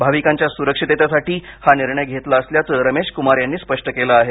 भाविकांच्या सुरक्षिततेसाठी हा निर्णय घेतला असल्याचं रमेशकुमार यांनी स्पष्ट केलं आहे